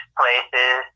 places